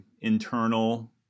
internal